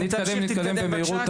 אני אתקדם במהירות,